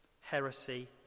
heresy